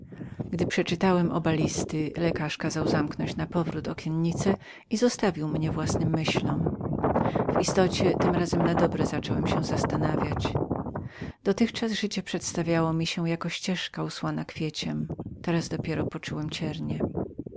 gdy przeczytałem oba listy lekarz kazał zamknąć napowrót okienice i zostawił mnie własnym myślom w istocie tym razem na dobre zacząłem się zastanawiać dotychczas życie przedstawiało mi się jako ścieżka usłana kwieciem teraz dopiero poczułem ciernie